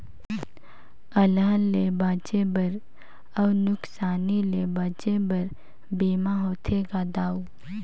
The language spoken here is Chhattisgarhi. अलहन ले बांचे बर अउ नुकसानी ले बांचे बर बीमा होथे गा दाऊ